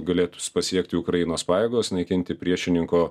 galėtų pasiekti ukrainos pajėgos naikinti priešininko